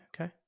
okay